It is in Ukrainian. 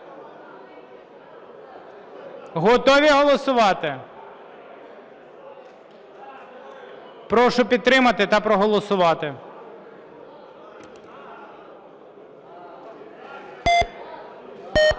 Готові голосувати? Прошу підтримати та проголосувати.